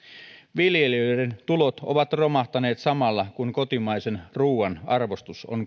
viljelijöiden tulot ovat romahtaneet samalla kun kotimaisen ruuan arvostus on